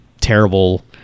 terrible